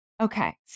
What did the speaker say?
Okay